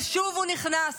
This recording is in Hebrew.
ושוב הוא נכנס,